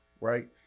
Right